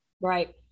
right